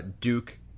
duke